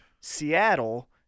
Seattle